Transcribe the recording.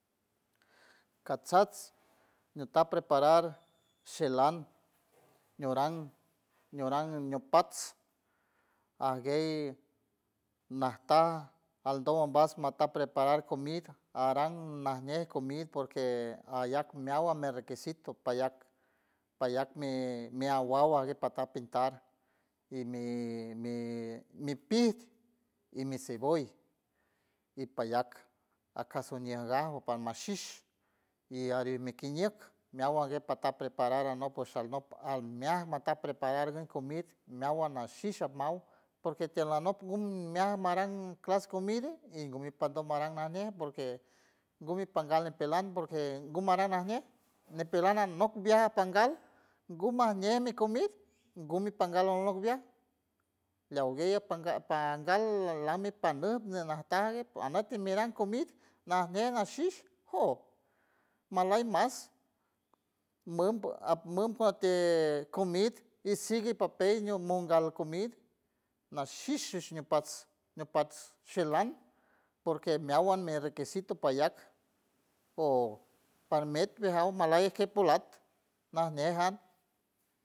Catsats ñuta preparar cilan ñuran ñuran ñupats ajguey najta aldom ombas mata preparar comid aran najñe comid porque ayac meawan mi requisito payac payac mi mi awaw aguey ata pintar y mi mi pijt y mi cebolla y payac acaso miengauj oparmashish y aru mi kiñek meawan gue pata preparar anop puesh alnop almeajt mata preparar gun comid meawan nashsi at maw porque tiel anop gun meaj maran clas comida y gumi paran najñe porque gumi pangal ñipelan porque gumaran najñe ñipelan anok viaj apangal gumajñe mi comid gumi pangal anok viaj leaw guey pangal lam mi panut nataj ague anok timiran comid najñe nasish jo malay mas mum at mum atie comid y sigue papey ñumungal comid nashish ñupats ñupats shilan porque meawan mi requisito payac o parmet mijaw malay kej pulat najñe jan.